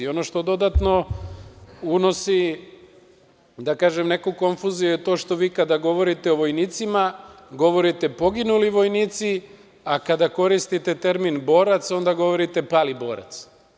Ono što dodatno unosi, da kažem, neku konfuziju je to što vi kada govorite o vojnicima, govorite poginuli vojnici, a kada koristite termin - borac, onda govorite pali borac.